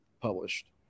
published